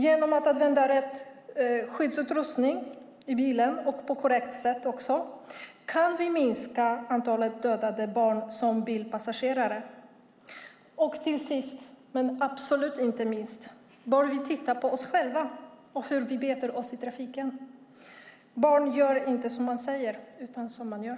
Genom att använda rätt skyddsutrustning på ett korrekt sätt i bilen kan vi minska antalet barn som bilpassagerare som dödas. Till sist, men absolut inte minst, bör vi titta på oss själva och hur vi beter oss i trafiken. Barn gör inte som man säger utan som man gör.